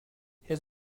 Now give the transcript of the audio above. his